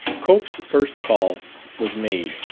cope's first call was made,